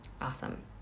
Awesome